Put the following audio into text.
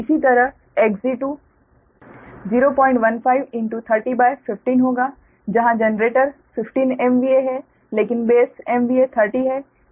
इसी तरह Xg2 01530 15 होगा जहां जनरेटर 15 MVA है लेकिन बेस MVA 30 है